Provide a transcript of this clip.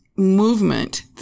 Movement